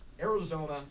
Arizona